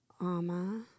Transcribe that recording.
ama